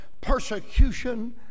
persecution